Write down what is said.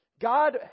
God